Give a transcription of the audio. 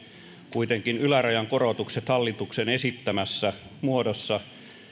kuitenkin ylärajan korotukset hallituksen esittämässä muodossa